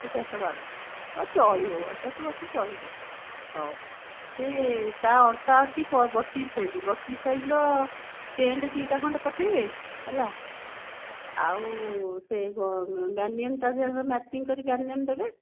ଏଗାର ସହ ବାର ସହ ହଁ ଚଳିବ ଏଗାର ସହ ବାର ସହ ଚଳିବ ହଉ ସେ ତା ଅଣ୍ଟା ଅଛି ବତିଶ ସାଇଜ ବତିଶ ସାଇଜର ପେଣ୍ଟ ଦୁଇଟା ଖଣ୍ଡେ ପଠାଇବେ ହେଲା ଆଉ ସେ ବେନିୟନ ତା ସହିତ ମେଚିଂ କରି ବେନିୟନ ଦେବେ